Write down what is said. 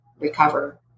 recover